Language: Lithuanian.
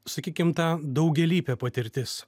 sakykim ta daugialypė patirtis